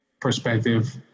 perspective